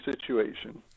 situation